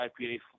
IPA